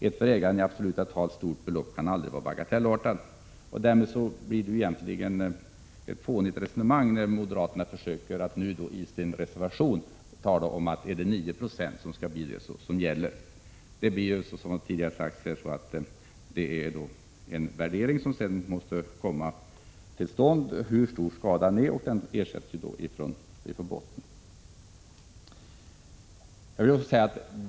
Ett för ägaren i absoluta tal stort belopp kan aldrig vara bagatellartat.” Därmed blir moderaternas resonemang fånigt, när de i sin reservation påstår att det är 9 Jo som skall gälla. Som tidigare har sagts, måste det göras en värdering av skadan, som ersätts helt från botten.